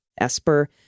Esper